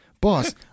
boss